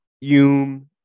Hume